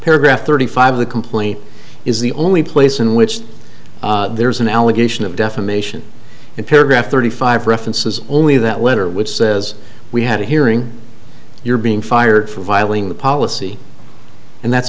paragraph thirty five of the complaint is the only place in which there is an allegation of defamation in paragraph thirty five references only that letter which as we had a hearing you're being fired for violating the policy and that's